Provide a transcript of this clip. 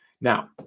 Now